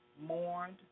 mourned